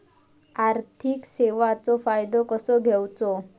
आर्थिक सेवाचो फायदो कसो घेवचो?